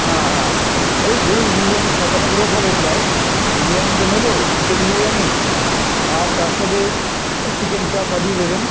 হ্যাঁ হ্যাঁ ওই ধরুন বিরিয়ানি শখানেক লোক হবে প্রায় বিরিয়ানিটা নেবো চিকেন বিরিয়ানি আর তার সাথে চিকেন চাপ পাঠিয়ে দেবেন